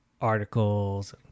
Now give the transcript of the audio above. articles